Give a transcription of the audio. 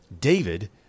David